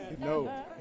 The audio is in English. no